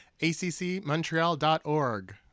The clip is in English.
ACCmontreal.org